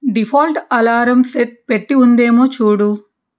default alarm set పెట్టి ఉందేమో చూడు